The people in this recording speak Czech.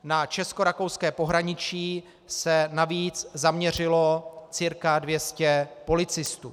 Na českorakouské pohraničí se navíc zaměřilo cca 200 policistů.